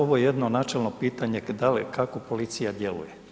Ovo je jedno načelno pitanje kako policija djeluje.